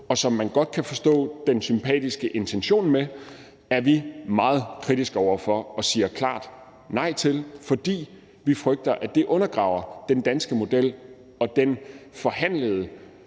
og som man godt kan forstå den sympatiske intention med, er vi meget kritiske over for og siger klart nej til, fordi vi frygter, at det undergraver den danske model og den forhandlede